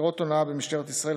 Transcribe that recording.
לחקירות הונאה במשטרת ישראל,